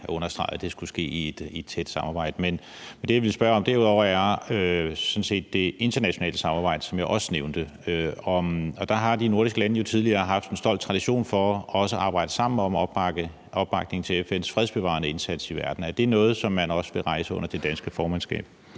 at det skulle ske i et tæt samarbejde. Men det, jeg vil spørge om derudover, er sådan set det med det internationale samarbejde, som jeg også nævnte, og der har de nordiske lande jo tidligere haft en stolt tradition for også at arbejde sammen om opbakning til FN's fredsbevarende indsats i verden. Er det noget, som man også vil rejse under det danske formandskab?